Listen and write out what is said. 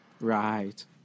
Right